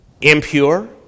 impure